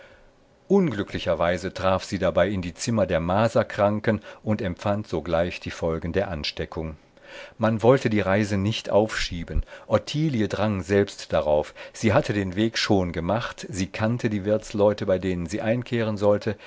unglücklicherweise traf sie dabei in die zimmer der maserkranken und empfand sogleich die folgen der ansteckung man wollte die reise nicht aufschieben ottilie drang selbst darauf sie hatte den weg schon gemacht sie kannte die wirtsleute bei denen sie einkehren sollte